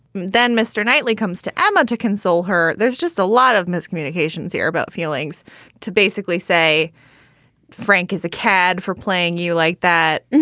then mr. knightley comes to emma to console her. there's just a lot of miscommunications here about feelings to basically say frank is a cad for playing you like that.